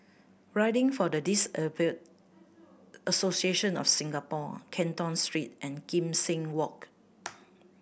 Riding for the Disabled Association of Singapore Canton Street and Kim Seng Walk